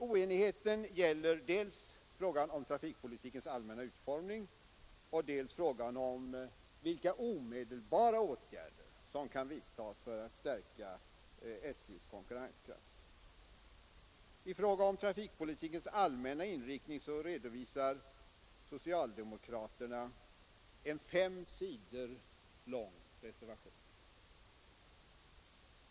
Oenigheten gäller dels frågan om trafikpolitikens allmänna utformning, dels frågan, vilka omedelbara åtgärder som kan vidtas för att stärka SJ:s konkurrenskraft. I fråga om trafikpolitikens allmänna inriktning redovisar socialdemokraterna en fem sidor lång reservation.